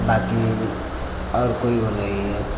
बाकी और कोई वो नहीं है